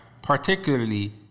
particularly